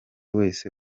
wese